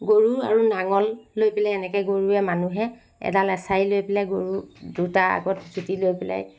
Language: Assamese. গৰু আৰু নাঙল লৈ পেলাই এনেকে গৰুৱে মানুহে এডাল এচাৰি লৈ পেলাই গৰু দুটা আগত যুতি লৈ পেলাই